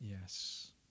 yes